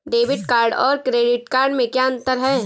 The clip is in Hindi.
डेबिट कार्ड और क्रेडिट कार्ड में क्या अंतर है?